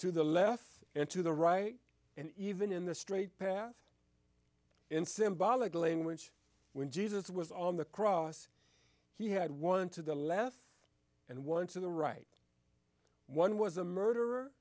to the left and to the right and even in the straight path in symbolic language when jesus was on the cross he had one to the left and one to the right one was a murderer